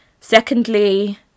Secondly